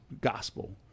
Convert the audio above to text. gospel